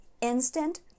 Instant